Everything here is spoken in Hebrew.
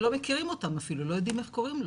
שלא מכירים אותם אפילו, לא יודעים איך קוראים לו.